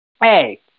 Hey